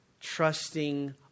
trusting